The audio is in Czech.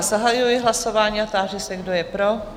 Zahajuji hlasování a táži se, kdo je pro?